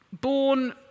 born